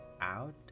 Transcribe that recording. out